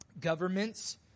governments